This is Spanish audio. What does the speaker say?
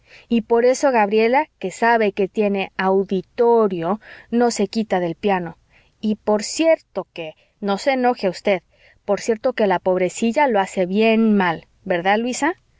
y por eso gabriela que sabe que tiene au ditorio no se quita del piano y por cierto que no se enoje usted por cierto que la pobrecilla lo hace bien mal verdad luisa